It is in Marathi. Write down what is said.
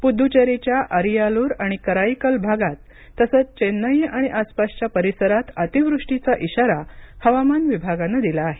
पुद्दवेरीच्या अरियालूर आणि कराईकल भागात तसंच चेन्नई आणि आसपासच्या परिसरात अतीवृष्टीचा इशारा हवामान विभागानं दिला आहे